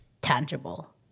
tangible